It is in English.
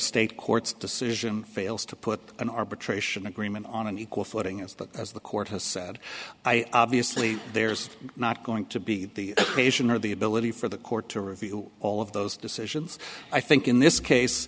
state court's decision fails to put an arbitration agreement on an equal footing as the as the court has said i obviously there's not going to be the patient or the ability for the court to review all of those decisions i think in this case